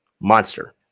Monster